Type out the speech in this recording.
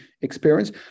experience